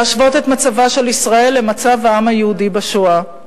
להשוות את מצבה של ישראל למצב העם היהודי בשואה.